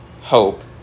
hope